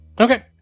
Okay